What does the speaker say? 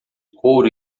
couro